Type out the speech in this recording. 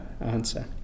answer